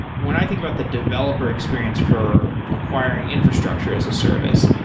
when i think about the developer experience for acquiring infrastructure as a service,